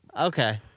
okay